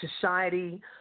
society